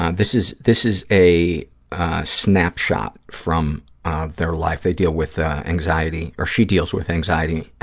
um this is this is a snapshot from ah their life. they deal with anxiety, or she deals with anxiety,